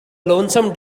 lonesome